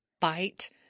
bite